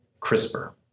CRISPR